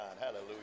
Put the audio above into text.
Hallelujah